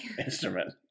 instrument